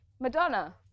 Madonna